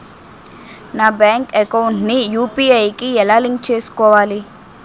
నా bank account ని UPI కి ఎలా లింక్ చేసుకోవాలి?